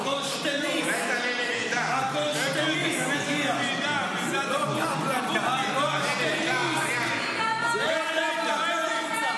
אתה גיבור רק על הגזרה הזאת,